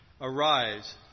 Arise